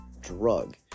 drug